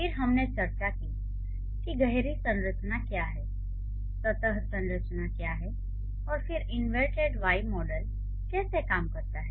फिर हमने चर्चा की कि गहरी संरचना क्या है सतह संरचना क्या है और फिर इन्वर्टेड़ वाई मॉडल कैसे काम करता है